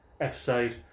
episode